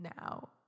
Now